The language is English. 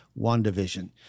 WandaVision